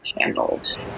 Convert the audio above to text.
handled